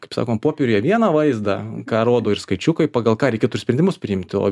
kaip sakom popieriuje vieną vaizdą ką rodo ir skaičiukai pagal ką reikėtų ir spendimus priimti o